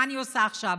מה אני עושה עכשיו.